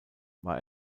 war